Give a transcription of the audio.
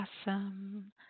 awesome